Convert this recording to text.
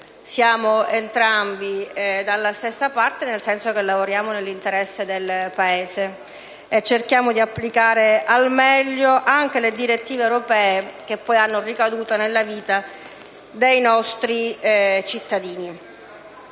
siamo entrambi dalla stessa parte, nel senso che lavoriamo nell'interesse del Paese e cerchiamo di applicare al meglio anche le direttive europee, che poi hanno ricadute nella vita dei nostri cittadini.